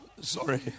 sorry